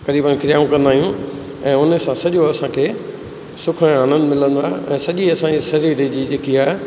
क़रीबनि क्रियाऊं कंदा आहियूं ऐं उन सां सॼो असांखे सुख ऐं आनंदु मिलंदो आहे ऐं सॼी असांजे शरीर जी जेकी आहे